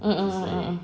mm mm mm mm mm